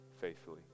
faithfully